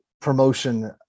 promotion